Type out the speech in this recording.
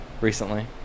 recently